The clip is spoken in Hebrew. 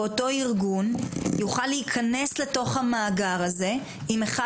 ואותו ארגון יוכל להיכנס לתוך המאגר הזה אם אחד